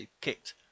kicked